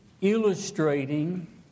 illustrating